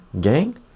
gang